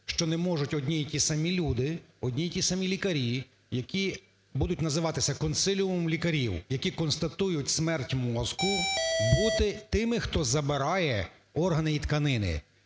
що не можуть одні і ті самі люди, одні і ті самі лікарі, які будуть називатися консиліумом лікарів, які констатують смерть мозку, бути тими, хто забирає органи і тканини.